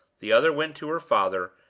the other went to her father,